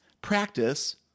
practice